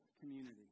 community